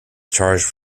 charged